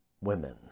women